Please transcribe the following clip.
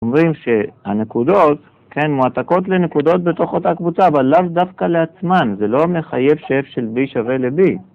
אומרים שהנקודות, כן, מועתקות לנקודות בתוך אותה קבוצה, אבל לאו דווקא לעצמן, זה לא מחייב ש-f של b שווה ל-b.